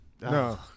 No